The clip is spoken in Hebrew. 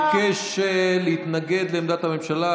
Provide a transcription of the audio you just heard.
ביקש להתנגד לעמדת הממשלה,